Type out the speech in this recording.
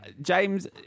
James